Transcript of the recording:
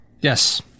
Yes